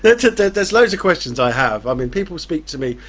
there's there's loads of questions i have. i mean, people speak to me,